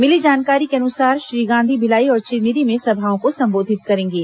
मिली जानकारी के अनुसार श्री गांधी भिलाई और चिरमिरी में सभाओं को संबोधित करेंगे